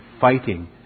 fighting